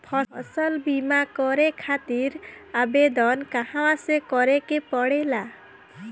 फसल बीमा करे खातिर आवेदन कहाँसे करे के पड़ेला?